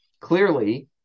clearly